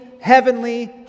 Heavenly